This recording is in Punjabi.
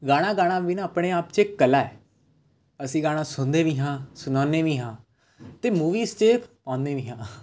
ਗਾਣਾ ਗਾਉਣਾ ਵੀ ਨਾ ਆਪਣੇ ਆਪ 'ਚ ਕਲਾ ਹੈ ਅਸੀਂ ਗਾਣਾ ਸੁਣਦੇ ਵੀ ਹਾਂ ਸੁਣਾਉਂਦੇ ਵੀ ਹਾਂ ਅਤੇ ਮੂਵੀਸ 'ਚ ਪਾਉਂਦੇ ਵੀ ਹੈ